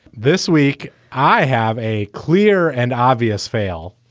this week i have a clear and obvious fail,